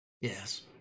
Yes